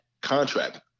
contract